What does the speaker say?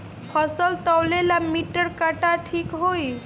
फसल तौले ला मिटर काटा ठिक होही?